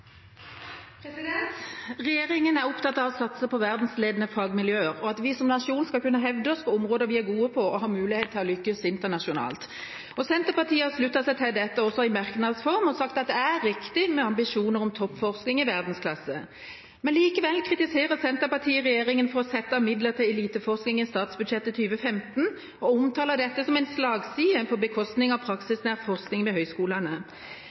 opptatt av å satse på verdensledende fagmiljøer og at vi som nasjon skal kunne hevde oss på områder vi er gode på, og hvor vi har mulighet til å lykkes internasjonalt. Senterpartiet har sluttet seg til dette i merknadsform og har sagt at «det er riktig med ambisjoner om toppforskning i verdensklasse». Likevel kritiserer Senterpartiet regjeringa for å sette av midler til eliteforskning i statsbudsjettet for 2015 og omtaler dette som en slagside på bekostning av praksisnær forskning ved høyskolene.